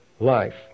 Life